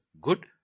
good